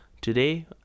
today